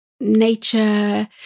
nature